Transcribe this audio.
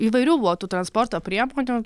įvairių buvo tų transporto priemonių